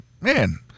man